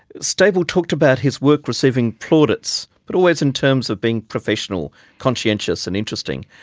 stapel talked about his work receiving plaudits but always in terms of being professional, conscientious and interesting,